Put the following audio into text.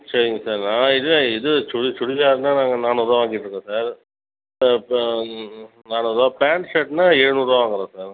சரிங்க சார் நான் இல்லை இது சுடி சுடிதாருன்னா நாங்கள் நானூறுரூவா வாங்கிட்டுருக்கோம் சார் இப்போ இப்போ வேறு ஏதா பேண்ட் ஷர்ட்னால் எழுநூறுரூவா வாங்கறோம் சார்